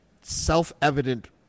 self-evident